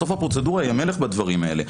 בסוף הפרוצדורה היא המלך בדברים האלה.